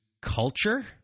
culture